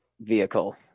vehicle